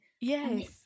yes